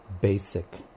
basic